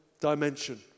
dimension